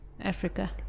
Africa